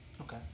Okay